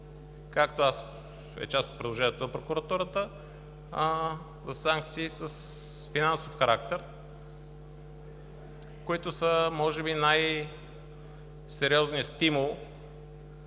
както част от предложенията на прокуратурата, за санкции с финансов характер, които са може би най-сериозният стимул